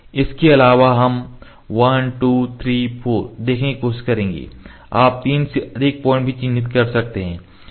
इसके अलावा हम 1 2 3 4 देखने की कोशिश करेंगे आप 3 से अधिक पॉइंट भी चिह्नित कर सकते हैं